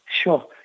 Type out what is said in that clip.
Sure